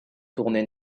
tournée